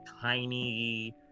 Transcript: tiny